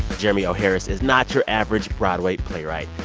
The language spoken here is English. jeremy o. harris is not your average broadway playwright.